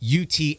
UT